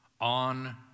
on